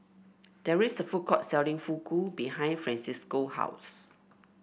there is a food court selling Fugu behind Francisco house